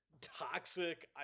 toxic